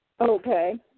Okay